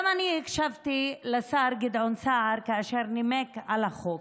גם אני הקשבתי לשר גדעון סער כאשר נימק את החוק,